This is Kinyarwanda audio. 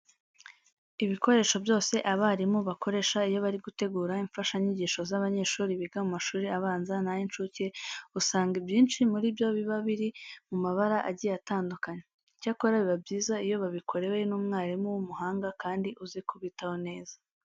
Ibikoresho byose abarimu bakoresha iyo bari gutegura imfashanyigisho z'abanyeshuri biga mu mashuri abanza n'ay'incuke, usanga ibyinshi muri byo biba biri mu mabara agiye atandukanye. Icyakora biba byiza iyo babikorewe n'umwarimu w'umuhanga kandi uzi kubitaho neza.